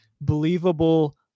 believable